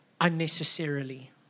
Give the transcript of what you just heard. unnecessarily